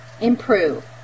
improve